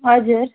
हजुर